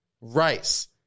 rice